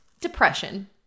Depression